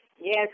Yes